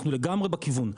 אנחנו לגמרי בכיוון,